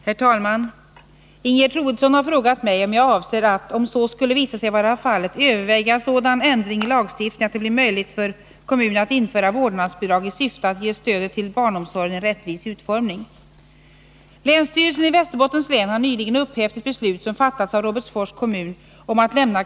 Herr talman! Ingegerd Troedsson har frågat mig om jag avser att överväga sådan ändring i lagstiftningen att det blir möjligt för kommun att införa vårdnadsbidrag i syfte att ge stödet till barnomsorgen en rättvis utformning.